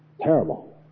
terrible